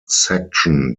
section